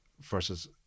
versus